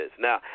Now